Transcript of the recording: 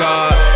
God